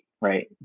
right